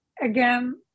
again